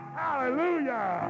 hallelujah